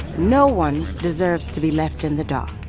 no one deserves to be left in the dark,